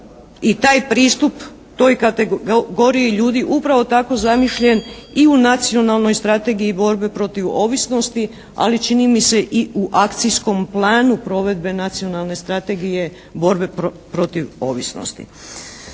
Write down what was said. i taj pristup toj kategoriji ljudi upravo tako zamišljen i u Nacionalnoj strategiji borbe protiv ovisnosti, ali čini mi se i u akcijskom planu provedbe Nacionalne strategije borbe protiv ovisnosti.